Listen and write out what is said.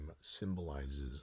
symbolizes